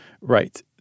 Right